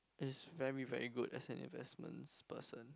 it's very very good as an investments person